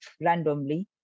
randomly